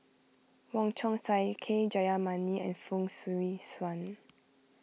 Wong Chong Sai K Jayamani and Fong Swee Suan